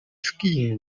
skiing